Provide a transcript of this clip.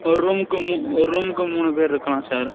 ஒரு ரூம்க்கு மூ ஒரு ரூம்க்கு மூணு பேர் இருக்கலாம் சார்